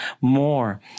more